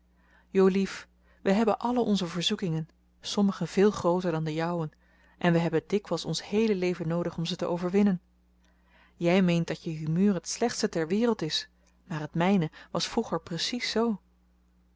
jolief wij hebben allen onze verzoekingen sommigen veel grooter dan de jouwe en we hebben dikwijls ons heele leven noodig om ze te overwinnen jij meent dat je humeur het slechtste ter wereld is maar het mijne was vroeger precies zoo